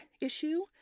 issue